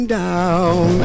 down